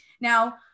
Now